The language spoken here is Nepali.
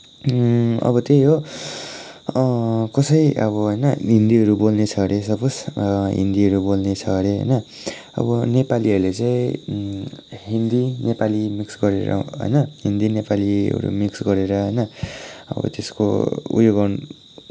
अब त्यही हो कसै अब होइन हिन्दीहरू बोल्ने छ अरे सपोज हिन्दीहरू बोल्ने छ अरे होइन अब नेपालीहरूले चाहिँ हिन्दी नेपाली मिक्स गरेर होइन हिन्दी नेपालीहरू एउटा मिक्स गरेर अब त्यसको उयो गर्न